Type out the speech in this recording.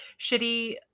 shitty